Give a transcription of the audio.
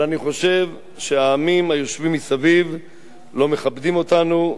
אבל אני חושב שהעמים היושבים מסביב לא מכבדים אותנו,